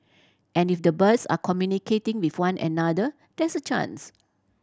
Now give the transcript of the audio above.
and if the birds are communicating with one another there's a chance